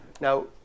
Now